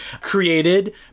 created